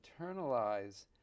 internalize